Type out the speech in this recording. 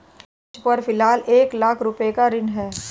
मुझपर फ़िलहाल एक लाख रुपये का ऋण है